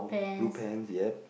blue pants yup